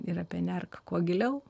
ir apie nerk kuo giliau